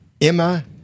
emma